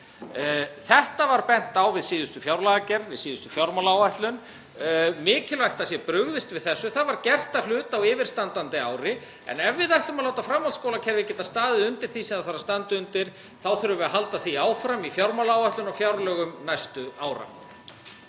þetta var bent við síðustu fjárlagagerð og við síðustu fjármálaáætlun og mikilvægt að það sé brugðist við þessu. Það var gert að hluta til (Forseti hringir.) á yfirstandandi ári en ef við ætlum að láta framhaldsskólakerfið geta staðið undir því sem það þarf að standa undir, þá þurfum við að halda því áfram í fjármálaáætlun og fjárlögum næstu ára.